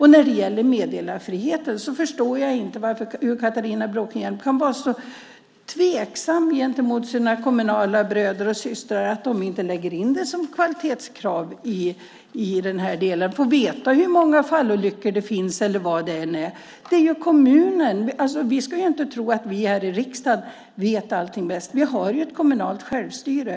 När det gäller meddelarfriheten förstår jag inte hur Catharina Bråkenhielm kan vara så tveksam gentemot sina kommunala bröder och systrar och inte tror att de inte lägger in det som kvalitetskrav att få veta hur många fallolyckor som det har varit. Vi ska inte tro att vi här i riksdagen vet allting bäst, vi har ju ett kommunalt självstyre.